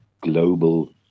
global